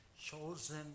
chosen